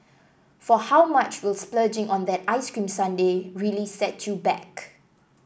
for how much will splurging on that ice cream sundae really set you back